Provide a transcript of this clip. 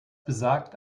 besagt